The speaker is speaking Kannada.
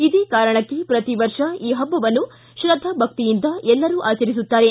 ಇದೇ ಕಾರಣಕ್ಕೆ ಪ್ರತಿವರ್ಷ ಈ ಹಬ್ಬವನ್ನು ಶೃದ್ಧಾ ಭಕ್ತಿಯಿಂದ ಎಲ್ಲರೂ ಆಚರಿಸುತ್ತಾರೆ